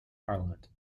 parliament